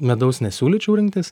medaus nesiūlyčiau rinktis